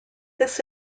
this